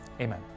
Amen